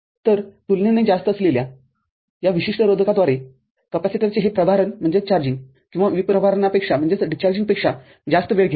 तर तुलनेने जास्त असलेल्या या विशिष्ट रोधकाद्वारे कॅपेसिटरचे हे प्रभारण ते विप्रभारणापेक्षा जास्त वेळ घेते